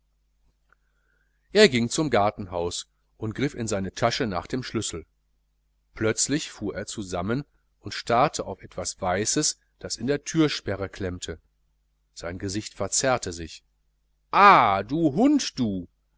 er ging zum gartenhaus und griff in seine tasche nach dem schlüssel plötzlich fuhr er zusammen und starrte auf etwas weißes das in der thürsperre klemmte sein gesicht verzerrte sich ah du hund du